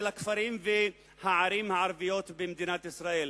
הכפרים ושל הערים הערביות במדינת ישראל.